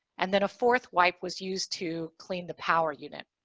and then a fourth wipe was used to clean the power unit.